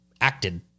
acted